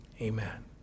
Amen